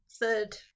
third